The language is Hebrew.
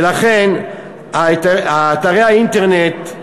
ולכן, אתרי האינטרנט,